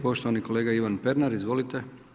Poštovani kolega Ivan Pernar, izvolite.